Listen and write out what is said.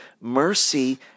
Mercy